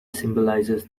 symbolizes